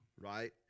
right